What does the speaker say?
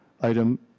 item